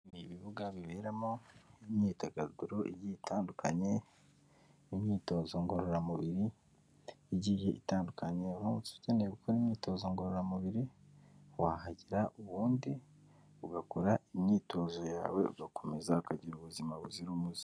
Ibibuga biberamo imyidagaduro igiye itandukanye n'imyitozo ngororamubiri igiye itandukanye umunsi ukeneye gukora imyitozo ngororamubiri, wahagera ubundi ugakora imyitozo yawe ugakomeza ukagira ubuzima buzira umuze.